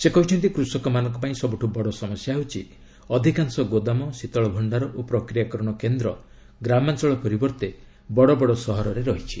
ସେ କହିଛନ୍ତି କୃଷକମାନଙ୍କ ପାଇଁ ସବୁଠୁ ବଡ଼ ସମସ୍ୟା ହେଉଛି ଅଧିକାଂଶ ଗୋଦାମ ଶୀତଳ ଭଣ୍ଡାର ଓ ପ୍ରକ୍ରିୟାକରଣ କେନ୍ଦ୍ର ଗ୍ରାମାଞ୍ଚଳ ପରିବର୍ତ୍ତେ ବଡ଼ ବଡ଼ ସହରରେ ରହିଛି